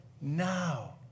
now